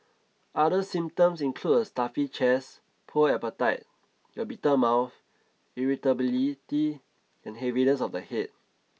other symptoms include a stuffy chest poor appetite a bitter mouth irritability and heaviness of the head